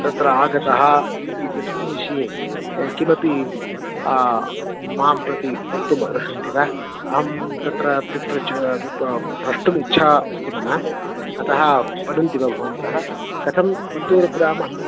तत्र आगतः इति तस्मिन् विषये किमपि मां प्रति वक्तुम् अर्हन्ति वा अहं तत्र पिप्रच्छ पि प्रष्टुम् इच्छा अस्ति मम अतः वदन्ति वा भवन्तः कथं मत्तूरुग्रामः